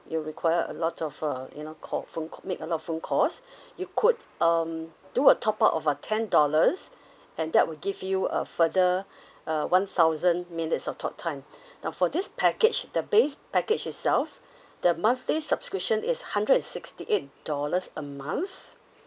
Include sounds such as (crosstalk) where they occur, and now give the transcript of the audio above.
you require a lot of uh you know call phone ca~ make a lot of phone calls (breath) you could um do a top up of a ten dollars and that will give you a further (breath) uh one thousand minutes of talk time now for this package the base package itself the monthly subscription is hundred and sixty eight dollars a month